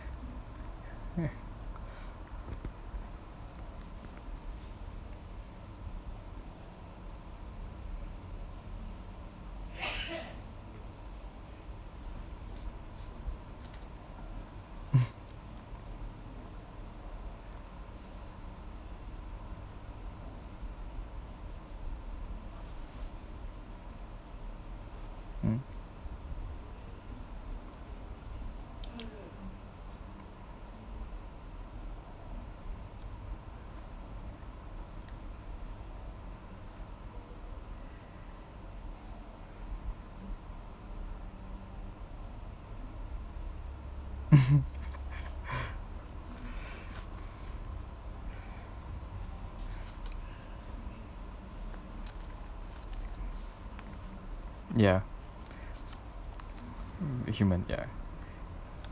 mm ya the human ya